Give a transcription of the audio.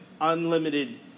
unlimited